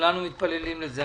כולנו מתפללים לזה.